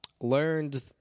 learned